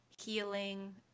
healing